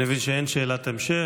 אני מבין שאין שאלת המשך,